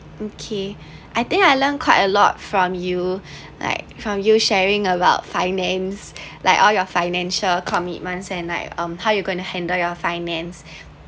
okay I think I learn quite a lot from you like from you sharing about finances like all your financial commitments and like um how you're going to handle your finance